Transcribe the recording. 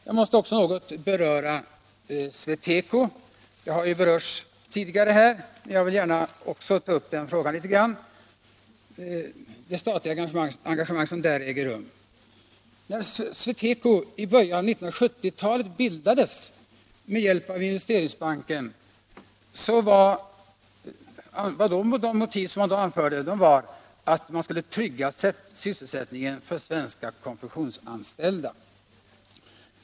Jag måste något beröra SweTeco —- det har omnämnts tidigare — och det statliga engagemang som där äger rum. När SweTeco bildades i början av 1970-talet med hjälp av Investeringsbanken var motiveringen att man skulle trygga sysselsättningen för svenska konfektionsanställda.